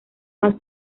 más